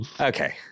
okay